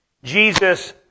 Jesus